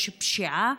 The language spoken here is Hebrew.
יש פשיעה,